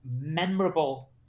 memorable